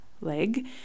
leg